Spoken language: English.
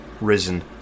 risen